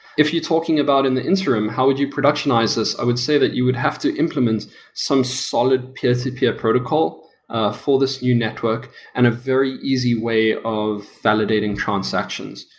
if you're talking about in the interim, how would you productionize this? i would say that you would have to implement some solid peer-to-peer protocol for this new network and a very easy way of validating transactions,